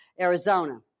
Arizona